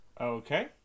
Okay